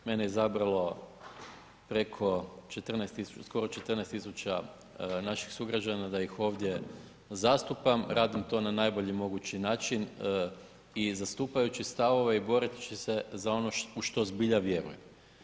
Mene je izabralo preko 14 tisuća, skoro 14 tisuća naših sugrađana da ih ovdje zastupam, radim to na najbolji mogući način i zastupajući stavove i borit ću se za ono u što zbilja vjerujem.